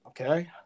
Okay